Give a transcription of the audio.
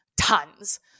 tons